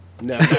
No